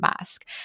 mask